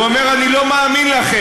הוא אומר: אני לא מאמין לכם.